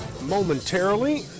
momentarily